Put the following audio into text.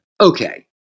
okay